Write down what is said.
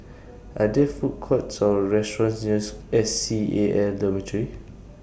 Are There Food Courts Or restaurants nears S C A L Dormitory